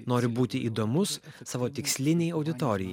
noriu būti įdomus savo tikslinei auditorijai